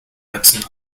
netzen